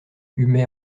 humait